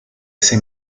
ese